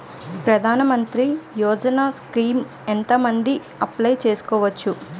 ప్రధాన మంత్రి యోజన స్కీమ్స్ ఎంత మంది అప్లయ్ చేసుకోవచ్చు?